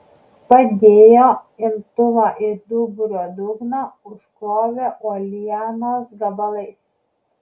padėjo imtuvą į duburio dugną užkrovė uolienos gabalais